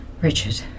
Richard